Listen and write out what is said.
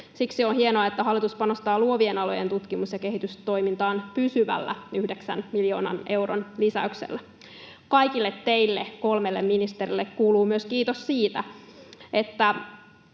Siksi on hienoa, että hallitus panostaa luovien alojen tutkimus- ja kehitystoimintaan pysyvällä yhdeksän miljoonan euron lisäyksellä. Kaikille teille kolmelle ministerille kuuluu myös kiitos siitä, että